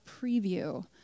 preview